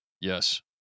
Yes